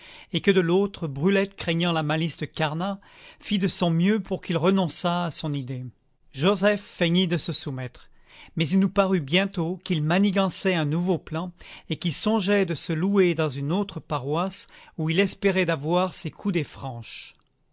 et que de l'autre brulette craignant la malice de carnat fit de son mieux pour qu'il renonçât à son idée joseph feignit de se soumettre mais il nous parut bientôt qu'il manigançait un nouveau plan et qu'il songeait de se louer dans une autre paroisse où il espérait d'avoir ses coudées franches